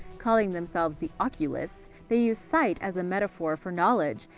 calling themselves the oculists, they used sight as a metaphor for knowledge,